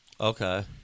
Okay